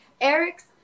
Eric's